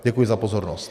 Děkuji za pozornost.